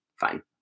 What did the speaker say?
fine